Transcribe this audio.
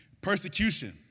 persecution